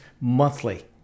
monthly